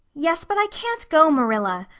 yes, but i can't go, marilla.